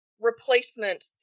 replacement